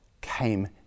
came